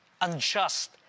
unjust